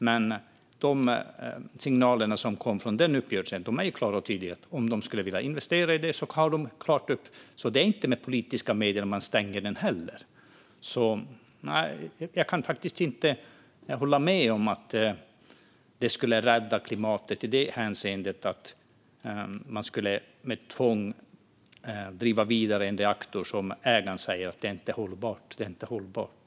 Men de signaler som kom i den uppgörelsen är klara och tydliga: Om de skulle vilja investera i detta har de fritt fram. Det är alltså inte med politiska medel man stänger den heller. Jag kan faktiskt inte hålla med om att det skulle rädda klimatet att med tvång driva vidare en reaktor när ägaren säger att det inte är hållbart.